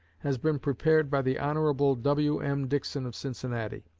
has been prepared by the hon. w m. dickson of cincinnati.